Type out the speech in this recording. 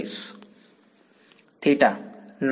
વિદ્યાર્થી theta 2 z